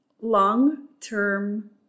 long-term